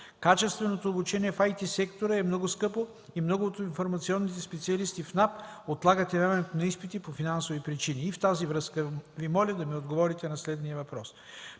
Качественото обучение в IT сектора е много скъпо и много от информационните специалисти в НАП отлагат явяването на изпити поради финансови причини. В тази връзка Ви моля да ми отговорите на следния въпрос: